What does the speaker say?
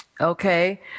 okay